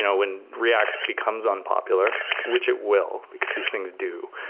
when react becomes unpopular, which it will because these things do.